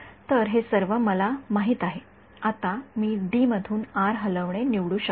तर हे सर्व आपल्याला माहित आहे आता मी डी मधून आर हलविणे निवडू शकतो